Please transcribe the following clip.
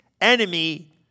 enemy